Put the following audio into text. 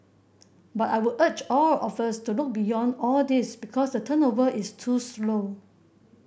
but I would urge all of us to look beyond all these because the turnover is too slow